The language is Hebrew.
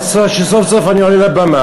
עד שסוף-סוף אני עולה לבמה.